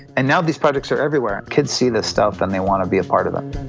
and now these projects are everywhere. kids see this stuff and they want to be a part of it.